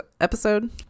episode